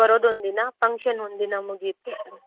ಬರೋದೊಂದಿನ function ಒಂದಿನ ಮುಗಿಯುತ್ತೆ sir